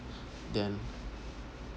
them